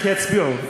איך יצביעו,